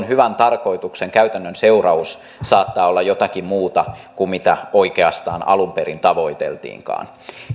hyvän tarkoituksen käytännön seuraus saattaa olla jotakin muuta kuin mitä oikeastaan alun perin tavoiteltiinkaan